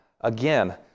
again